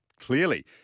clearly